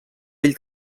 vell